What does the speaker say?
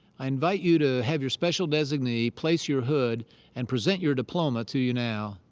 i invite you to have your special designee place your hood and present your diploma to you now.